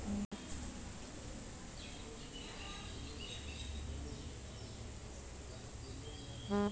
ಕಬ್ಬು ಎದ್ರಲೆ ಕಟಾವು ಮಾಡ್ತಾರ್?